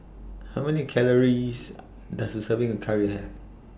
How Many Calories Does A Serving Curry Have